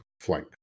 flank